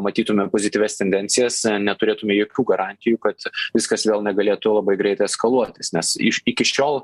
matytume pozityvias tendencijas neturėtume jokių garantijų kad viskas vėl negalėtų labai greitai eskaluotis nes iš iki šiol